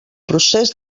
procés